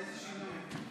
איזה שינוי.